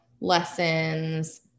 Lessons